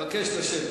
בבקשה.